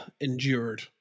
endured